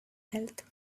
health